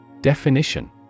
Definition